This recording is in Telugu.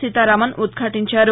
సీతారామన్ ఉద్ఘాటించారు